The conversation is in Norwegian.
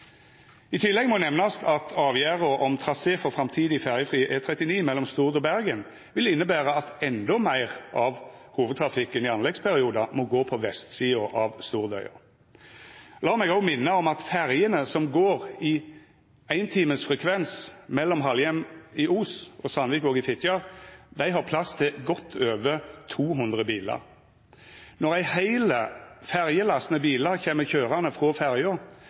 I tillegg må det nemnast at avgjerda om trasé for framtidig ferjefri E39 mellom Stord og Bergen vil innebera at enda meir av hovudtrafikken i anleggsperiodar må gå på vestsida av Stordøya. Lat meg òg minna om at ferjene, som går i timesfrekvens mellom Halhjem i Os og Sandvikvåg i Fitjar, har plass til godt over 200 bilar. Når ei heil ferjelast med bilar kjem køyrande frå ferja,